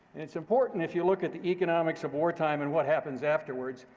it's important, if you look at the economics of wartime and what happens afterwards,